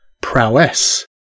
prowess